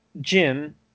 jim